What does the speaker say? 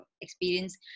experience